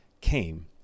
came